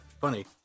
funny